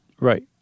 Right